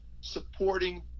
supporting